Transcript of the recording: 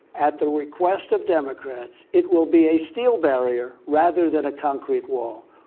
at the request of democrats, it will be a steel barrier, rather than a concrete wall.